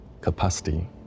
capacity